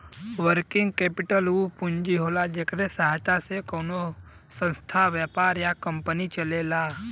working capital उ पूंजी होला जेकरे सहायता से कउनो संस्था व्यापार या कंपनी चलेला